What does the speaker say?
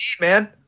man